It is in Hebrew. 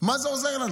מה זה עוזר לנו?